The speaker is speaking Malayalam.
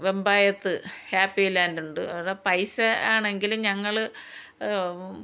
വെമ്പായത്ത് ഹാപ്പി ലാൻഡുണ്ട് അവിടെ പൈസയാണെങ്കിൽ ഞങ്ങൾ